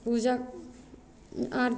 पूजा आर